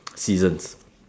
seasons